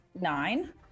nine